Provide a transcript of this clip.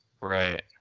Right